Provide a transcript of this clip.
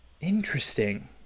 interesting